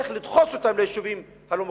איך לדחוס אותם ביישובים הלא-מוכרים.